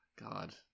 god